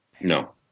No